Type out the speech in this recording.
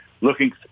looking